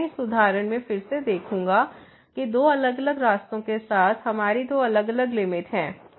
तो मैं इस उदाहरण में फिर से देखूंगा कि दो अलग अलग रास्तों के साथ हमारी दो अलग अलग लिमिट हैं